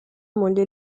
moglie